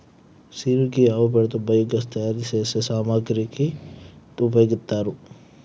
scene గీ ఆవు పేడతో బయోగ్యాస్ తయారు సేసే సామాగ్రికి ఉపయోగిత్తారు